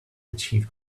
achieve